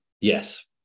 yes